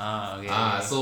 ah okay